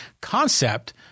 concept